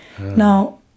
Now